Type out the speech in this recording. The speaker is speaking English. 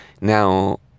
now